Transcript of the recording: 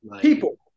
people